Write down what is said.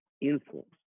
influence